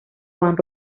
juan